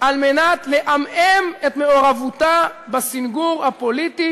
על מנת לעמעם את מעורבותה בסנגור הפוליטי